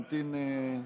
מכובדיי,